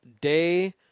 day